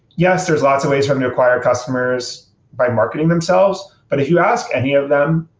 yes, there's lots of ways for them to acquire customers by marketing themselves, but if you ask any of them,